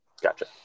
Gotcha